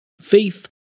faith